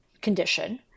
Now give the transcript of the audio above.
condition